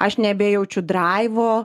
aš nebejaučiu draivo